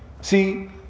See